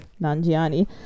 Nanjiani